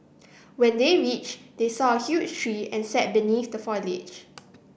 when they reached they saw a huge tree and sat beneath the foliage